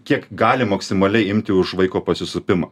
kiek gali maksimaliai imti už vaiko pasisupimą